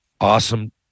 awesome